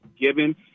given